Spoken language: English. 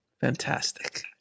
Fantastic